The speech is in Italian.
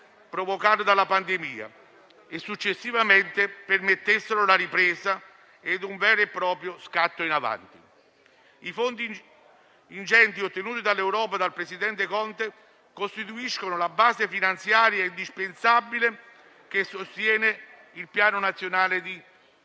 provocata dalla pandemia e, successivamente, permettessero la ripresa e un vero e proprio scatto in avanti. Gli ingenti fondi ottenuti dall'Unione europea dal presidente Conte costituiscono la base finanziaria indispensabile che sostiene il Piano nazionale di ripresa